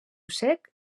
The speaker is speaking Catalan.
sec